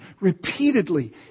Repeatedly